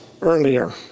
earlier